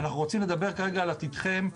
אנחנו רוצים לדבר כרגע על עתידכם,